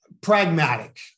pragmatic